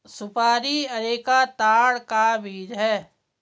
सुपारी अरेका ताड़ का बीज है